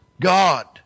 God